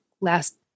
last